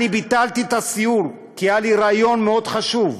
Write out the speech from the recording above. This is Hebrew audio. ביטלתי את הסיור כי היה לי ריאיון מאוד חשוב.